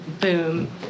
boom